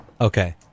Okay